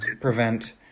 prevent